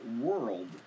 world